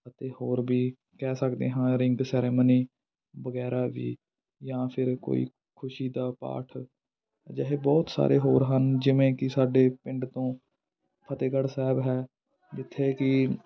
ਅਤੇ ਹੋਰ ਵੀ ਕਹਿ ਸਕਦੇ ਹਾਂ ਰਿੰਗ ਸੈਰੇਮਨੀ ਵਗੈਰਾ ਵੀ ਜਾਂ ਫਿਰ ਕੋਈ ਖੁਸ਼ੀ ਦਾ ਪਾਠ ਅਜਿਹੇ ਬਹੁਤ ਸਾਰੇ ਹੋਰ ਹਨ ਜਿਵੇਂ ਕਿ ਸਾਡੇ ਪਿੰਡ ਤੋਂ ਫਤਿਹਗੜ੍ਹ ਸਾਹਿਬ ਹੈ ਜਿੱਥੇ ਕਿ